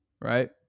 Right